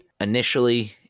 Initially